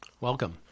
Welcome